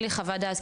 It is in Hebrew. אין לי חוות דעת,